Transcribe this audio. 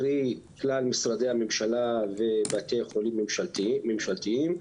קרי כלל משרדי הממשלה ובתי חולים ממשלתיים,